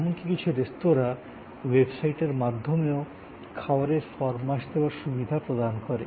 এমনকি কিছু রেস্তোঁরা ওয়েবসাইটের মাধ্যমেও খাবারের ফরমাশ দেওয়ার সুবিধা প্রদান করে